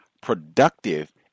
productive